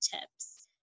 tips